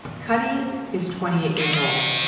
cutty is twenty eight years old.